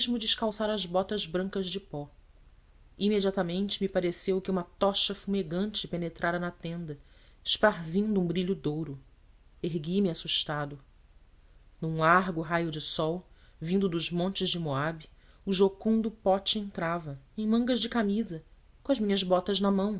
descalçar as botas brancas de pó imediatamente me pareceu que uma tocha fumegante penetrara na tenda esparzindo um brilho de ouro ergui-me assustado num largo raio de sol vindo dos montes de moabe o jucundo pote entrava em mangas de camisa com as minhas botas na mão